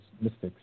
mystics